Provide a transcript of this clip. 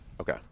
okay